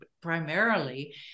primarily